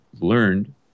learned